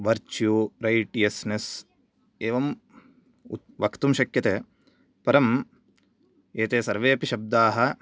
virtue righteousness एवं वक्तुं शक्यते परम् एते सर्वे अपि शब्दाः